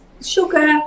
sugar